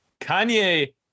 Kanye